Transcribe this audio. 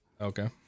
Okay